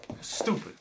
Stupid